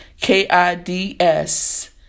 K-I-D-S